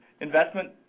Investment